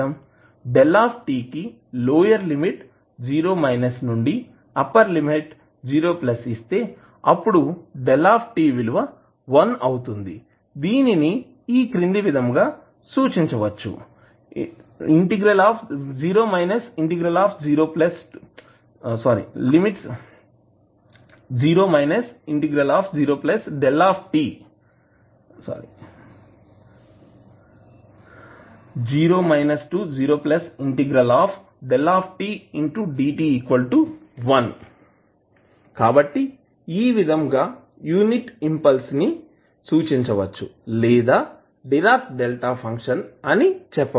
𝞭 కి lower limit 0 నుండి upper limit 0 ఇస్తే అప్పుడు 𝞭 విలువ వన్ అవుతుంది దీనిని క్రింది విధంగా సూచించవచ్చు 0 0 𝞭dt 1 కాబట్టి ఈ విధంగా యూనిట్ ఇంపల్స్ ని సూచించవచ్చు లేదా డిరాక్ డెల్టా ఫంక్షన్ అని చెప్పవచ్చు